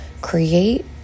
create